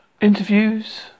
interviews